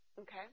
okay